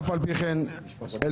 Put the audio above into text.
אף על פי כן אלקין,